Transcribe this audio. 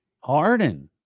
Harden